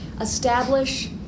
establish